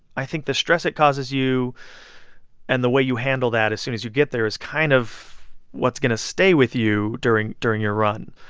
i think the stress it causes you and the way you handle that as soon as you get there is kind of what's going to stay with you during during your run.